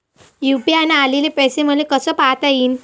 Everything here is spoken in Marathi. यू.पी.आय न आलेले पैसे मले कसे पायता येईन?